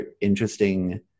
interesting